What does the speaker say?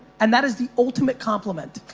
and that is the ultimate compliment.